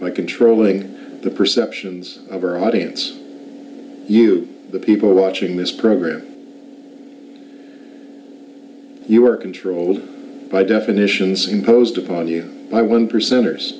by controlling the perceptions of our audience you the people watching this program you are controlled by definitions imposed upon you by one percenters